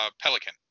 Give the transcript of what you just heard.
Pelican